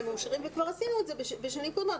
מאושרים וכבר עשינו את זה בשנים קודמות,